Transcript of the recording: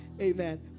Amen